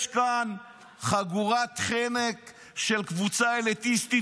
יש כאן חגורת חנק של קבוצה אליטיסטית